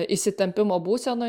įsitempimo būsenoj